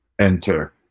Enter